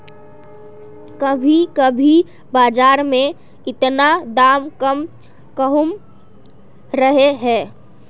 कभी कभी बाजार में इतना दाम कम कहुम रहे है?